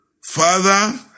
Father